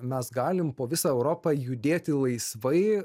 mes galim po visą europą judėti laisvai